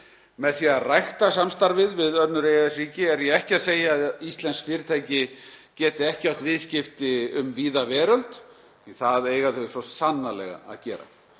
Með því að rækta samstarfið við önnur EES-ríki er ég ekki að segja að íslensk fyrirtæki geti ekki átt viðskipti um víða veröld því það eiga þau svo sannarlega að gera.